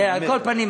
על כל פנים,